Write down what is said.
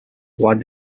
what